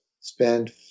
spend